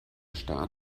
staat